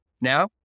Now